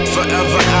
Forever